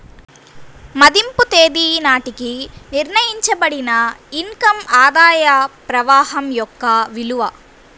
మదింపు తేదీ నాటికి నిర్ణయించబడిన ఇన్ కమ్ ఆదాయ ప్రవాహం యొక్క విలువ